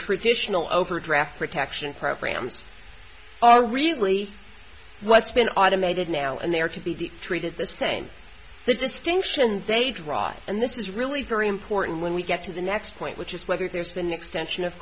traditional overdraft protection programs are really what's been automated now and there can be treated the same the distinctions they drop and this is really very important when we get to the next point which is whether there's been an extension of